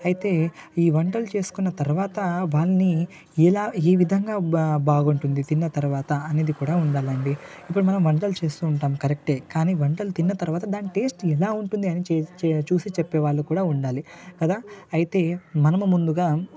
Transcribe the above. అయితే ఈ వంటలు చేసుకున్న తర్వాత వాళ్ళని ఇలాగా ఈ విధంగా బాగుంటుంది తిన్న తర్వాత అనేది కూడా ఉండాలండి ఇప్పుడు మనము వంటలు చేస్తు ఉంటాం కరెక్టే కానీ వంటలు తిన్న తర్వాత దాని టేస్ట్ ఎలా ఉంటుంది అని చేసిచూసి చెప్పే వాళ్ళు కూడా ఉండాలి కదా అయితే